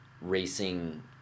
racing